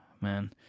Man